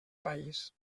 país